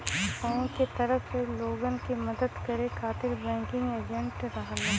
bank क तरफ से लोगन क मदद करे खातिर बैंकिंग एजेंट रहलन